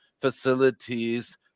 facilities